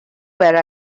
where